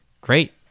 great